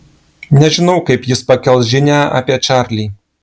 nežinau kaip jis pakels žinią apie čarlį